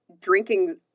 drinking